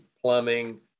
plumbing